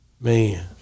Man